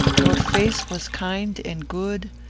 your face was kind and good,